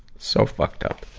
so fucked up.